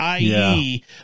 IE